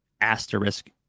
asterisk